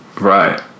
right